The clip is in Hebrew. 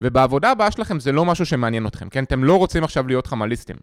ובעבודה הבאה שלכם זה לא משהו שמעניין אתכם, כן? אתם לא רוצים עכשיו להיות חמליסטים.